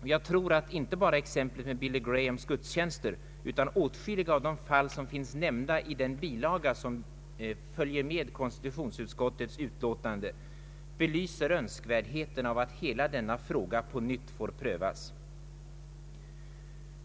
och jag tror att inte bara exemplet med Billy Grahams gudstjänster utan också åtskilliga av de fall som finns nämnda i bilagan till konstitutionsutskottets utlåtande belyser önskvärdheten av att hela denna fråga på nytt prövas.